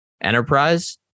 enterprise